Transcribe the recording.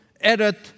edit